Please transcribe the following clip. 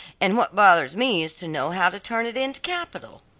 and what bothers me is to know how to turn it into capital.